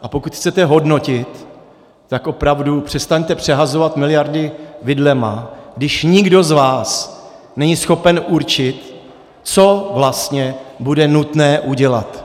A pokud chcete hodnotit, tak opravdu přestaňte přehazovat miliardy vidlemi, když nikdo z vás není schopen určit, co vlastně bude nutné udělat.